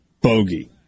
bogey